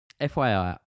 FYI